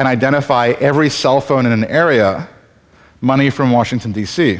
and identify every cell phone in an area money from washington d c